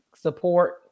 Support